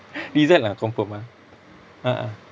rizal ah confirm ah a'ah